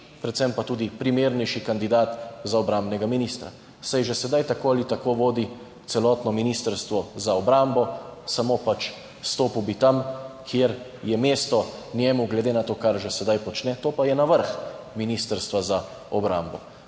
Predvsem pa tudi primernejši kandidat za obrambnega ministra, saj že sedaj tako ali tako vodi celotno ministrstvo za obrambo samo pač, stopil bi tam, kjer je mesto njemu, glede na to, kar že sedaj počne, to pa je na vrh Ministrstva za obrambo.